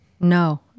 No